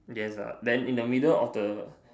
yes ah then in the middle of the